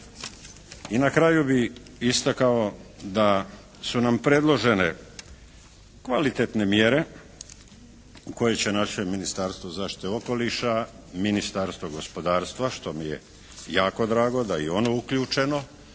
I na kraju bih istakao da su nam predložene kvalitetne mjere koje će naše Ministarstvo zaštite okoliša, Ministarstvo gospodarstva, što mi je jako drago da je i ono uključeno